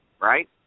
Right